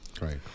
Right